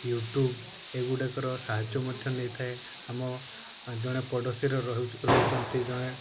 YouTube ଏଗୁଡ଼ାକର ସାହାଯ୍ୟ ମଧ୍ୟ ନେଇଥାଏ ଆମ ଜଣେ ପଡ଼ୋଶୀର ରହୁଛନ୍ତି ଜଣେ